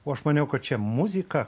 o aš maniau kad čia muzika